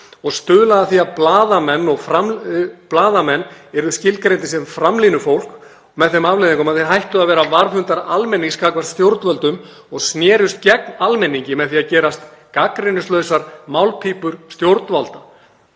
og stuðlaði að því að blaðamenn yrðu skilgreindir sem framlínufólk með þeim afleiðingum að þeir hættu að vera varðhundar almennings gagnvart stjórnvöldum og snerust gegn almenningi með því að gerast gagnrýnislausar málpípur stjórnvalda.